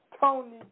Tony